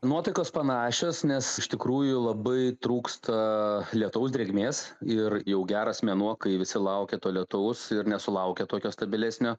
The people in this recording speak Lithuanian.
nuotaikos panašios nes iš tikrųjų labai trūksta lietaus drėgmės ir jau geras mėnuo kai visi laukia to lietaus ir nesulaukia tokio stabilesnio